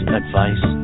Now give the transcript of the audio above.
advice